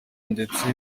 ndetse